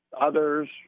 Others